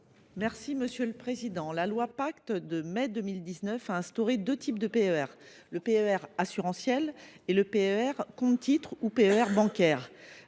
Mme Annick Billon. La loi Pacte de mai 2019 a instauré deux types de PER : le PER assurantiel et le PER compte titres ou PER bancaire.